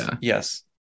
Yes